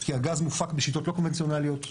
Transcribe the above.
כי הגז מופק בשיטות לא קונבנציונליות,